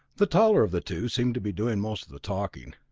the taller of the two seemed to be doing most of the talking.